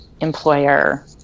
employer